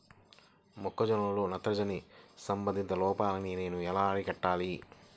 మొక్క జొన్నలో నత్రజని సంబంధిత లోపాన్ని నేను ఎలా అరికట్టాలి?